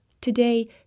Today